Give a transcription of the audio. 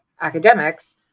academics